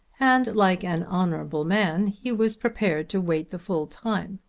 and like an honourable man he was prepared to wait the full time.